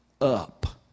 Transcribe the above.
up